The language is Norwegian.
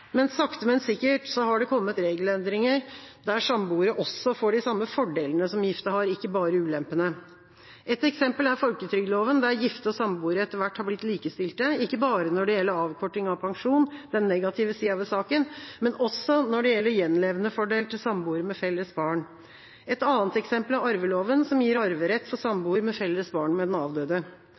Sakte, men sikkert har det kommet regelendringer der samboere også får de samme fordelene som gifte har, ikke bare ulempene. Ett eksempel er folketrygdloven, der gifte og samboere etter hvert har blitt likestilte, ikke bare når det gjelder avkorting av pensjon – den negative siden av saken – men også når det gjelder gjenlevendefordel til samboere med felles barn. Et annet eksempel er arveloven, som gir arverett for samboer med felles barn med den avdøde.